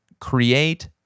create